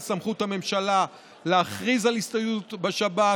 סמכות הממשלה להכריז על הסתייעות בשב"כ,